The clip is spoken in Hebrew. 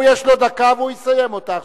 והוא, יש לו דקה, והוא יסיים אותה.